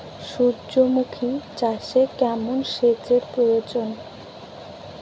সূর্যমুখি চাষে কেমন সেচের প্রয়োজন?